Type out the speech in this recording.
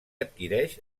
adquireix